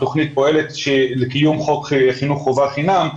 שהתוכנית פועלת לקיום חוק חינוך חובה חינם,